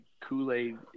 Kool-Aid –